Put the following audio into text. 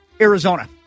Arizona